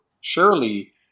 surely